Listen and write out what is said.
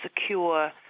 secure